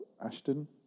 Ashton